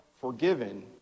forgiven